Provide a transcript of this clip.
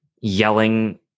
yelling